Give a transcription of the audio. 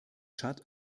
tschad